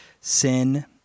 sin